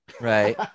right